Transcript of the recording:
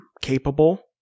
capable